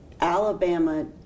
Alabama